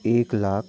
एक लाख